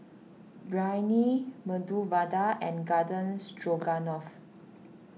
Biryani Medu Vada and Garden Stroganoff